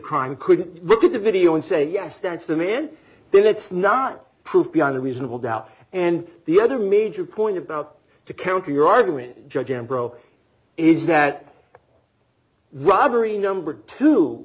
crime couldn't look at the video and say yes that's the man but that's not proof beyond a reasonable doubt and the other major point about to counter your argument judge umbro is that robbery number two